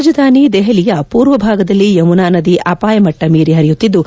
ರಾಜಧಾನಿ ದೆಹಲಿಯ ಪೂರ್ವ ಭಾಗದಲ್ಲಿ ಯಮುನಾ ನದಿ ಅಪಾಯಮಟ್ಟ ಮೀರಿ ಹರಿಯುತ್ತಿದ್ದು